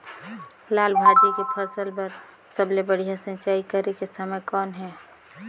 लाल भाजी के फसल बर सबले बढ़िया सिंचाई करे के समय कौन हे?